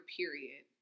period